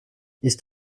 ist